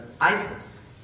ISIS